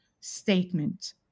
statement